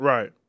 Right